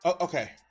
Okay